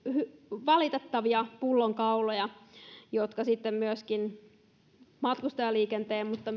valitettavia pullonkauloja jotka sitten matkustajaliikenteen mutta